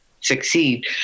succeed